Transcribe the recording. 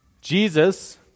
Jesus